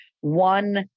one